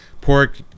pork